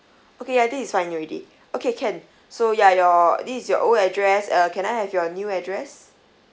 okay I think it's fine already okay can so ya your this your old address uh can I have your new address